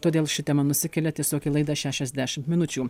todėl ši tema nusikelia tiesiog į laidą šešiasdešim minučių